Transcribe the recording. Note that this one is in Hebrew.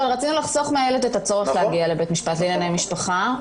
אבל רצינו לחסוך מהילד את הצורך להגיע לבית משפט לענייני משפחה.